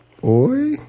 Boy